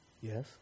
Yes